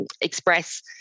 Express